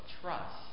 trust